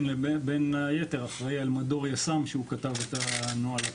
בין היתר אחראי על מדור יס"מ שהוא כתב את הנוהל.